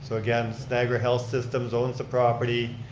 so, again, it's niagara health systems owns the property.